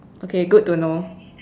okay good to know